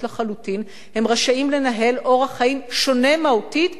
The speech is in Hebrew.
הם רשאים לנהל אורח חיים שונה מהותית מהערכים של החברה.